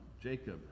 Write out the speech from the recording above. Jacob